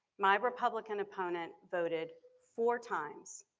my republican opponent voted four times